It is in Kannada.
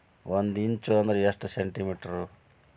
ಒಂದಿಂಚು ಅಂದ್ರ ಎಷ್ಟು ಸೆಂಟಿಮೇಟರ್?